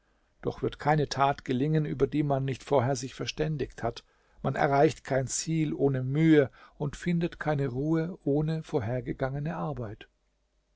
doch wird keine tat gelingen über die man nicht vorher sich verständigt hat man erreicht kein ziel ohne mühe und findet keine ruhe ohne vorhergegangene arbeit